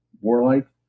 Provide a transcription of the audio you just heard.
warlike